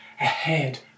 ahead